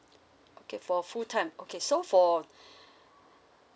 okay for full time okay so for